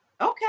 Okay